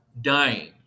dying